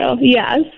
Yes